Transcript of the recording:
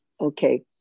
okay